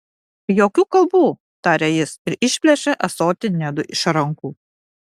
jokių kalbų tarė jis ir išplėšė ąsotį nedui iš rankų